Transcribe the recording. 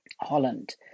holland